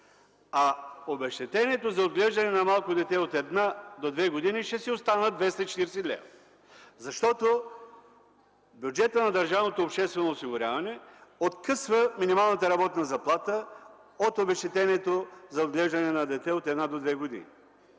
а обезщетението за отглеждане на малко дете от 1 до 2 години ще си остане 240 лв., защото Бюджетът на Държавното обществено осигуряване откъсва минималната работна заплата от обезщетението за отглеждане на дете от 1 до 2 години.